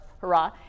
hurrah